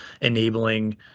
enabling